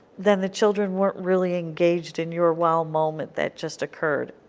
then the children weren't really engaged in your wow moment that just occurred.